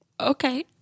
Okay